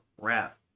wrap